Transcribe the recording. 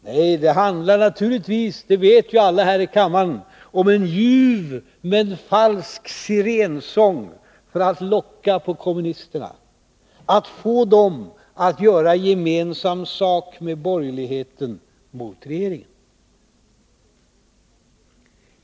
Nej, det handlar naturligtvis — det vet ju alla här i kammaren — om en ljuv men falsk sirensång för att locka på kommunisterna, att få dem att göra gemensam sak med borgerligheten mot regeringen.